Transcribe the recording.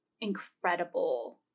incredible